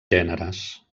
gèneres